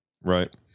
Right